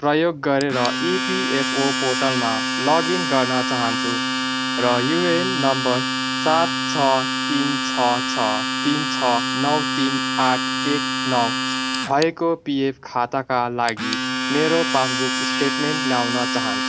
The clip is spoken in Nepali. प्रयोग गरेर इपिएफओ पोर्टलमा लगइन गर्न चाहन्छु र युएएन नम्बर सात छ तिन छ छ तिन छ नौ तिन आठ एक नौ भएको पिएफ खाताका लागि मेरो पास बुक स्टेटमेन्ट ल्याउन चाहन्छु